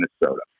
Minnesota